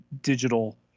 digital